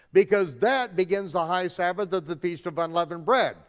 because that begins the high sabbath of the feast of unleavened bread.